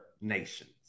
nations